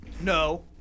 No